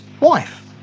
wife